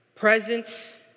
Presence